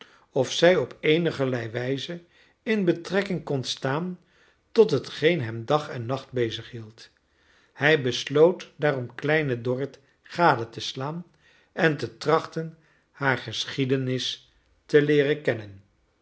of zij op eenigerlei wijze in betrekking kon staan tot hetgeen hem dag en nacht bezighield hij besloot daarom kleine dorrit gade te slaan en te trachten haar geschiedenis te leeren kennen